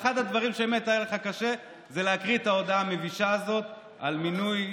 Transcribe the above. אחד הדברים שבאמת היה לך קשה זה להקריא את ההודעה המבישה הזאת על מינוי,